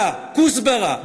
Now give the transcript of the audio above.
מה, כוסברה?